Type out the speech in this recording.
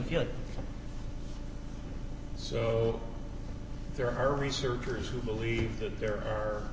here so there are researchers who believe that there are